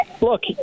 look